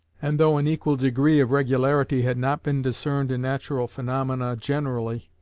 and though an equal degree of regularity had not been discerned in natural phaenomena generally,